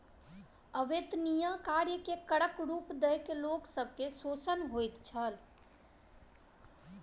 अवेत्निया कार्य के करक रूप दय के लोक सब के शोषण होइत छल